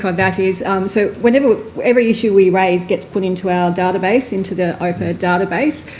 but that is so whenever every issue we raise gets put into our database, into the opa database.